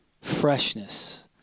freshness